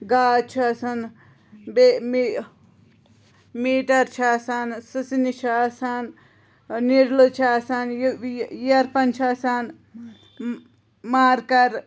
گاز چھُ آسان بیٚیہِ میٖٹَر چھِ آسان سٕژٕنہِ چھِ آسان نیٖڈلٕز چھِ آسان یہِ یہِ یِیَر پَن چھُ آسان مارکَر